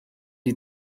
die